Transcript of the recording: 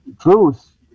truth